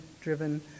driven